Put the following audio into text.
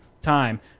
time